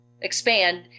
expand